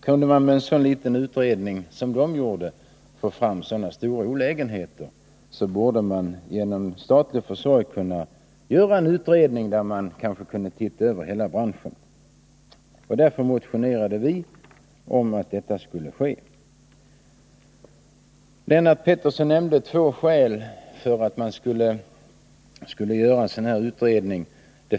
Kunde man genom en så liten utredning få fram så stora olägenheter borde man kunna göra en statlig utredning som såg över hela branschen. Därför motionerar vi om att detta skulle ske. Lennart Pettersson nämnde två skäl för en sådan här utredning.